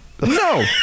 No